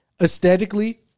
Aesthetically